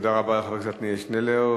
תודה רבה לחבר הכנסת עתניאל שנלר.